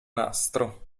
nastro